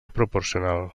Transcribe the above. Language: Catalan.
proporcional